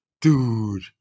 Dude